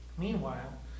Meanwhile